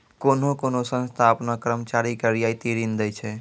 कोन्हो कोन्हो संस्था आपनो कर्मचारी के रियायती ऋण दै छै